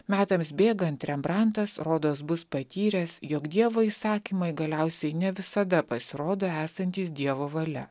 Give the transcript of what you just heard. metams bėgant rembrantas rodos bus patyręs jog dievo įsakymai galiausiai ne visada pasirodo esantys dievo valia